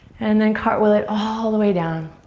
and then cartwheel it all the way down.